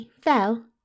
fell